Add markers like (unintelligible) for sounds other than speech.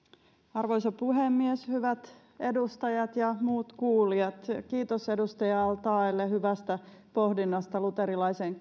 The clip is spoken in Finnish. arvoisa puhemies hyvät edustajat ja muut kuulijat kiitos edustaja al taeelle hyvästä pohdinnasta luterilaisen (unintelligible)